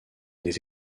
des